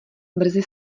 brzy